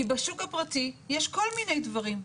כי בשוק הפרטי יש כל מיני דברים.